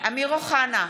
אמיר אוחנה,